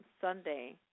Sunday